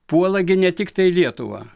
puola gi ne tiktai lietuvą